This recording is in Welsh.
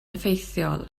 effeithiol